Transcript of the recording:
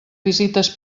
visites